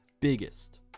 biggest